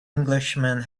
englishman